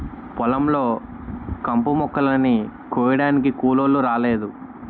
పొలం లో కంపుమొక్కలని కొయ్యడానికి కూలోలు రాలేదు